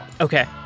Okay